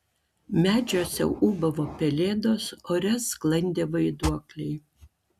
medžiuose ūbavo pelėdos ore sklandė vaiduokliai